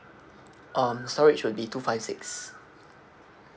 um storage would be two five six